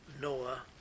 Noah